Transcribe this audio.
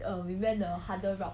err we went the harder route